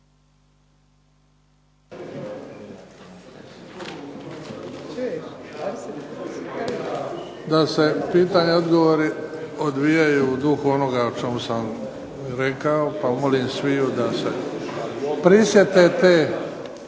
da se pitanja i odgovori odvijaju u duhu onoga o čemu sam rekao pa molim sviju da se prisjete te